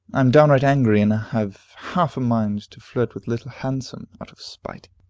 am downright angry and have half a mind to flirt with little handsome, out of spite.